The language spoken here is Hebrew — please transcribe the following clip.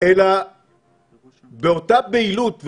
אלא באותה בהילות,